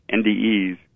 NDEs